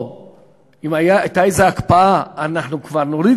או אם הייתה איזו הקפאה אנחנו כבר נוריד